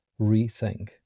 Rethink